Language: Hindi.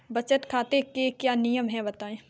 बचत खाते के क्या नियम हैं बताएँ?